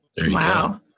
Wow